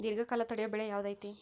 ದೇರ್ಘಕಾಲ ತಡಿಯೋ ಬೆಳೆ ಯಾವ್ದು ಐತಿ?